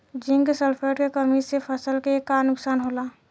Zinc sulphate के कमी से फसल के का नुकसान होला?